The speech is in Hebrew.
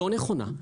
לא נכונה,